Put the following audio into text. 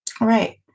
Right